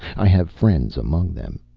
i have friends among them.